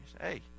Hey